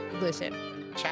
listen